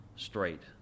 Straight